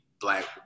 Black